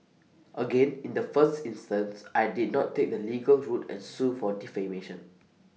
again in the first instance I did not take the legal route and sue for defamation